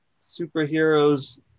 superheroes